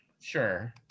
sure